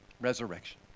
Resurrection